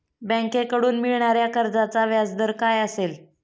बँकेकडून मिळणाऱ्या कर्जाचा व्याजदर काय असेल?